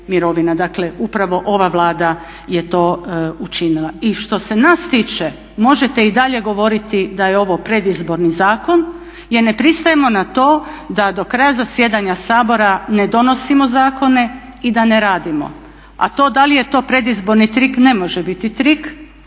Dakle upravo ova Vlada je to učinila. I što se nas tiče možete i dalje govoriti da je ovo predizborni zakon jer ne pristajemo na to da do kraja zasjedanja Sabora ne donosimo zakone i da ne radimo. A to da li je to predizborni trik, ne može biti trik,